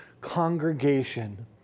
congregation